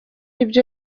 ibyo